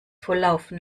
volllaufen